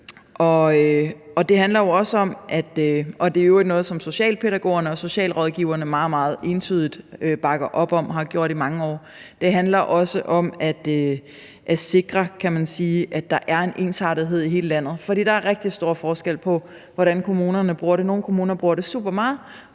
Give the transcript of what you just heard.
Det handler jo også om – og det er i øvrigt også noget, som socialpædagogerne og socialrådgiverne meget, meget entydigt bakker op om og har gjort i mange år – at sikre, at der er en ensartethed i hele landet, fordi der er rigtig stor forskel på, hvordan kommunerne bruger det. Nogle kommuner bruger det super meget,